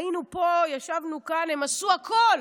היינו פה, ישבנו כאן, הם עשו הכול.